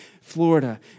Florida